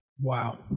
wow